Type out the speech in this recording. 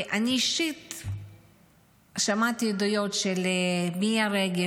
ואני אישית שמעתי עדויות של מיה רגב,